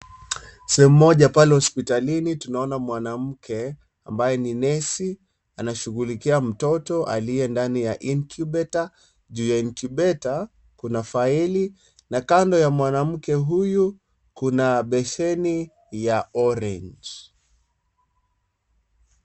Sehemu moja pale hospitalini tunaona mwanamke ambaye ni nesi anashukulighia mtoto aliye ndani ya (CS) incubator(CS), juu ya (CS)incubator(CS) kuna faili na kando ya mwanamke huyu kuna beseni ya (CS)orange(CS).